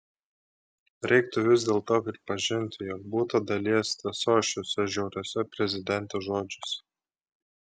reiktų vis dėlto pripažinti jog būta dalies tiesos šiuose žiauriuose prezidentės žodžiuose